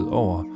over